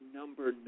number